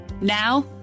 Now